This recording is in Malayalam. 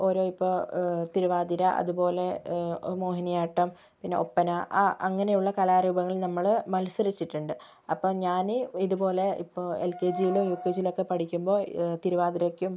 ഓരോ ഇപ്പം തിരുവാതിര അതുപോലെ മോഹിനിയാട്ടം പിന്നെ ഒപ്പന ആ അങ്ങനെയുള്ള കലാരൂപങ്ങള് നമ്മള് മത്സരിച്ചിട്ടുണ്ട് അപ്പം ഞാനീ ഇതുപോലെ ഇപ്പോൾ എൽ കെ ജി യിലോ യു കെ ജി യിലൊക്കെ പഠിക്കുമ്പോൾ തിരുവാതിരയ്ക്കും